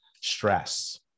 stress